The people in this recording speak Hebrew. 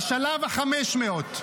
לשלב ה-500.